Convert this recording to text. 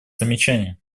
замечание